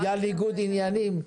בגלל ניגוד עניינים,